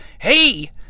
Hey